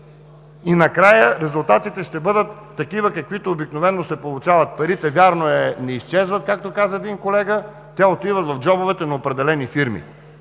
и накрая резултатите ще бъдат такива, каквито се получават обикновено. Парите, вярно е, не изчезват, както каза един колега, те отиват в джобовете на определени фирми.